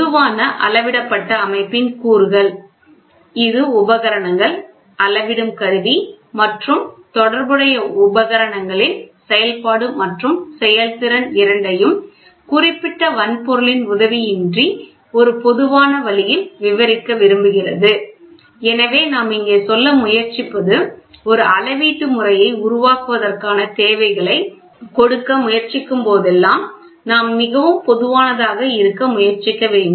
பொதுவான அளவிடப்பட்ட அமைப்பின் கூறுகள் இது உபகரணங்கள் அளவிடும் கருவி மற்றும் தொடர்புடைய உபகரணங்களின் செயல்பாடு மற்றும் செயல்திறன் இரண்டையும் குறிப்பிட்ட வன்பொருளின் உதவியின்றி ஒரு பொதுவான வழியில் விவரிக்க விரும்புகிறது எனவே நாம் இங்கே சொல்ல முயற்சிப்பது ஒரு அளவீட்டு முறையை உருவாக்குவதற்கான தேவைகளை கொடுக்க முயற்சிக்கும்போதெல்லாம் நாம் மிகவும் பொதுவானதாக இருக்க முயற்சிக்க வேண்டும்